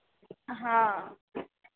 हाँ